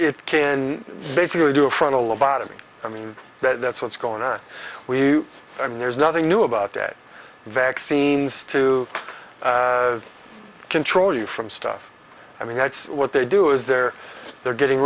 it can basically do a frontal lobotomy i mean that's what's going to we i mean there's nothing new about that vaccines to control you from stuff i mean that's what they do is they're they're getting